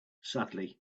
sadly